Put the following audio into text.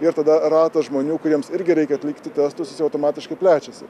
ir tada ratas žmonių kuriems irgi reikia atlikti testus jis jau automatiškai plečiasi